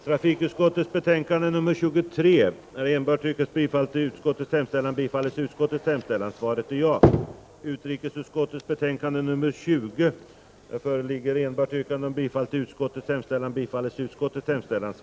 Skatteutskottets betänkanden 59, 61 och 62 kommer att debatteras i tur och ordning.